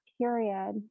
period